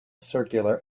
circular